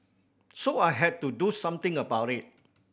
so I had to do something about it